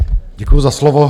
Děkuji za slovo.